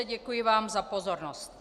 Děkuji vám za pozornost.